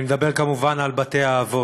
אני מדבר כמובן על בתי-האבות.